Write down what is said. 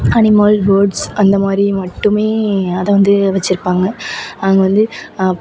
animal birds அந்த மாதிரி மட்டுமே அதை வந்து வச்சிருப்பாங்க அங்கே வந்து